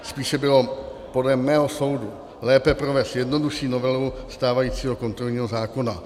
Spíše bylo podle mého soudu lépe provést jednodušší novelu stávajícího kontrolního zákona.